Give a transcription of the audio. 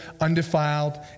undefiled